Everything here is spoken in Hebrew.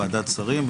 ועדת שרים,